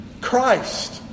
Christ